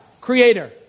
creator